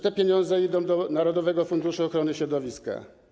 Te pieniądze idą do narodowego funduszu ochrony środowiska.